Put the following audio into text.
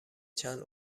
چند